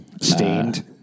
Stained